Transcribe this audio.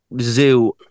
Zoo